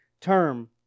term